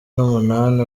numunani